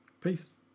peace